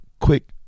quick